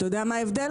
אתה יודע מה ההבדל?